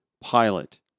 pilot